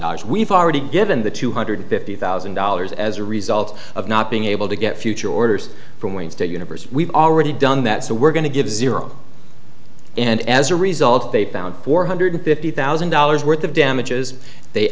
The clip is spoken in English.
dollars we've already given the two hundred fifty thousand dollars as a result of not being able to get future orders from wayne state university we've already done that so we're going to give zero and as a result they found four hundred fifty thousand dollars worth of damages they